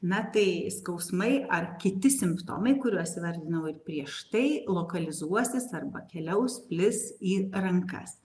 na tai skausmai ar kiti simptomai kuriuos įvardinau ir prieš tai lokalizuosis arba keliaus plis į rankas